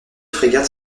frégates